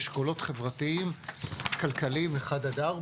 באשכולות חברתיים כלכליים 1-4,